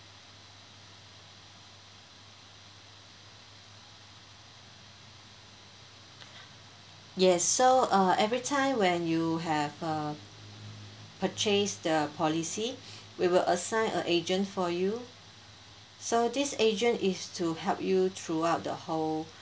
yes so uh every time when you have uh purchase the policy we will assign a agent for you so this agent is to help you throughout the whole